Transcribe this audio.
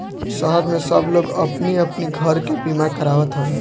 शहर में सब लोग अपनी अपनी घर के बीमा करावत हवे